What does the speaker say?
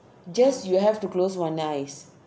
just you have to close one eyes